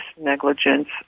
negligence